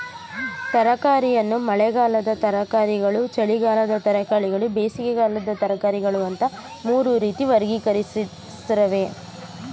ತರಕಾರಿಯನ್ನು ಮಳೆಗಾಲದ ತರಕಾರಿಗಳು ಚಳಿಗಾಲದ ತರಕಾರಿಗಳು ಬೇಸಿಗೆಕಾಲದ ತರಕಾರಿಗಳು ಅಂತ ಮೂರು ರೀತಿ ವರ್ಗೀಕರಿಸವ್ರೆ